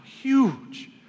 huge